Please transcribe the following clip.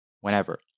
whenever